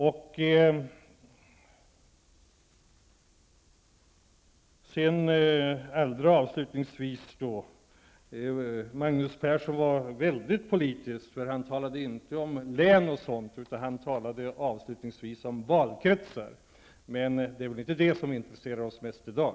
Allra sist vill jag säga att Magnus Persson var väldigt politisk, för han talade avslutningsvis inte om län och sådant utan om valkretsar. Men det är väl inte det som intresserar oss mest i dag.